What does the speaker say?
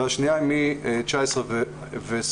והשנייה היא לשנת 2019 ו-2020.